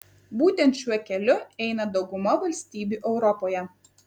būtent šiuo keliu eina dauguma valstybių europoje